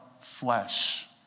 flesh